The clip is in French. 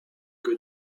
que